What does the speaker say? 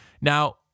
Now